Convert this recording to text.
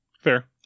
Fair